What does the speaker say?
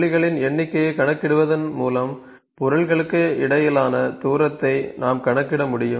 புள்ளிகளின் எண்ணிக்கையை கணக்கிடுவதன் மூலம் பொருள்களுக்கு இடையிலான தூரத்தை நாம் கணக்கிட முடியும்